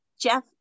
Jeff